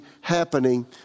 happening